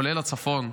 עולה לצפון,